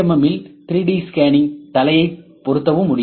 எம்மில் 3டி ஸ்கேனிங் தலையை பொருத்தவும் முடியும்